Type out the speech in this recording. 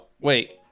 wait